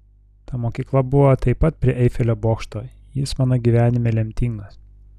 ta mokykla buvo taip pat prie eifelio bokšto jis mano gyvenime lemtingas